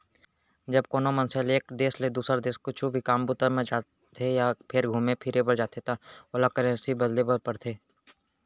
जब कोनो मनसे ल एक देस ले दुसर देस कुछु भी काम बूता म जाथे या फेर घुमे फिरे बर जाथे त ओला करेंसी बदली करे ल परथे